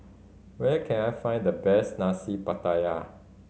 where can I find the best Nasi Pattaya